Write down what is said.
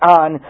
on